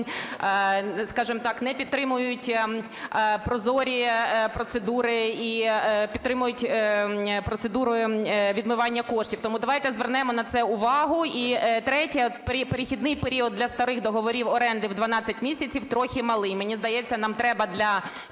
не підтримують прозорі процедури і підтримують процедури відмивання коштів. Тому давайте звернемо на це увагу. І третє. Перехідний період для старих договорів оренди в 12 місяців трохи малий. Мені здається, нам треба для